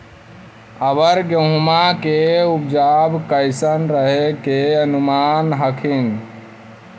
अबर गेहुमा के उपजबा कैसन रहे के अनुमान हखिन?